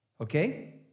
Okay